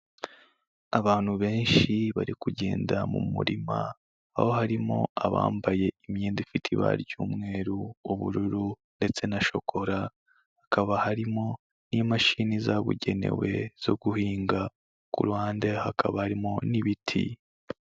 Abantu benshi bari kugenda mu murima, aho harimo abambaye imyenda ifite ibara ry'umweru, ubururu ndetse na shokora, hakaba harimo n'imashini zabugenewe zo guhinga, ku ruhande hakaba harimo n'ibiti.